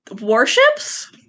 Warships